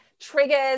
triggers